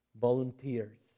volunteers